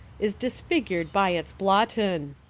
is dis figured by its blotton.